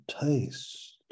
taste